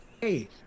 Hey